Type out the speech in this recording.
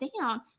down